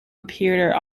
appeared